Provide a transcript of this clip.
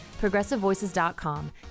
progressivevoices.com